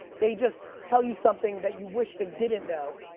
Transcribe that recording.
they just tell you something that you wish they didn't know.